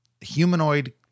humanoid